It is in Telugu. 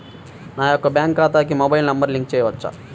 నా యొక్క బ్యాంక్ ఖాతాకి మొబైల్ నంబర్ లింక్ చేయవచ్చా?